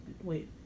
wait